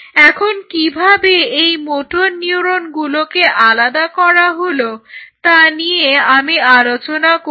এখন কিভাবে এই মোটর নিউরনগুলোকে আলাদা করা হলো তা নিয়ে আমি আলোচনা করব